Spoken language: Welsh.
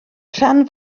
rhan